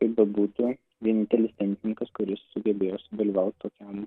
kaip bebūtų vienintelis tenisininkas kuris sugebėjo sudalyvaut tokiam